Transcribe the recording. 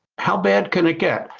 how bad can it get?